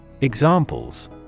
Examples